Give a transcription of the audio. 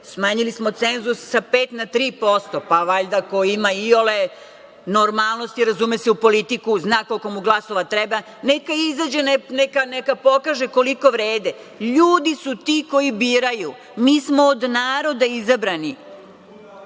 Smanjili smo cenzus sa 5 na 3%, pa valjda ko ima iole normalnosti, razume se u politiku zna koliko mu glasova treba, neka izađe, neka pokaže koliko vrede. Ljudi su ti koji biraju, mi smo od naroda izabrani.